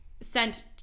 sent